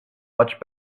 much